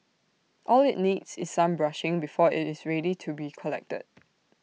all IT needs is some brushing before IT is ready to be collected